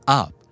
up